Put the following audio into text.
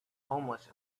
homeless